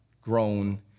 grown